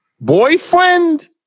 boyfriend